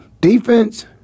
defense